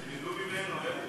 תלמדו ממנו, לוי.